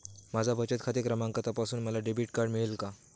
माझा बचत खाते क्रमांक तपासून मला डेबिट कार्ड मिळेल का?